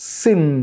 sin